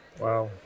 Wow